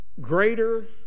greater